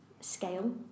scale